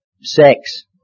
sex